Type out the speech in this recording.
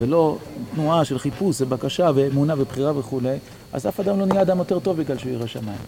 ולא תנועה של חיפוש ובקשה ואמונה ובחירה וכו', אז אף אדם לא נהיה אדם יותר טוב בגלל שהוא ירא שמים.